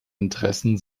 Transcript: interessen